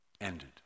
ended